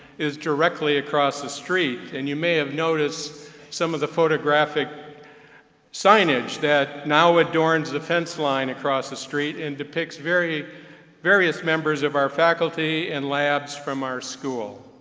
is directly across the street and you may have noticed some of the photographic signage that now adorns the fence line across the street, and depicts various members of our faculty and labs from our school.